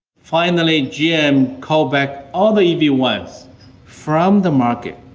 finally, gm called back all the e v one s from the market,